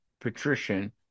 patrician